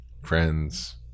friends